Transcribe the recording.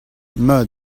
mat